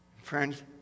Friends